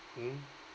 mm